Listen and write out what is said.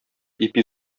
ипи